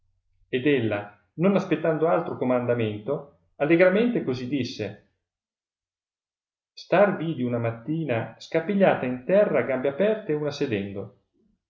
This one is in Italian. ed ella non aspettando altro comandamento allegramente così disse star vidi una mattina scapigliata in terra a gambe aperte una sedendo